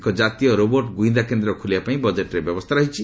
ଏକ ଜାତୀୟ ରୋବର୍ଟ ଗୁଇନ୍ଦା କେନ୍ଦ୍ର ଖୋଲିବାପାଇଁ ବଜେଟ୍ରେ ବ୍ୟବସ୍ଥା ରହିଛି